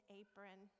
apron